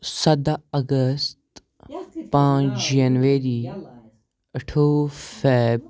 سَداہ اگست پانٛژھ جنؤری اَٹھووُہ فیب